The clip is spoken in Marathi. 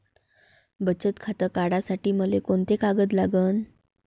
बचत खातं काढासाठी मले कोंते कागद लागन?